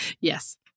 Yes